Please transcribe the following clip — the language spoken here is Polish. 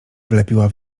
wlepiła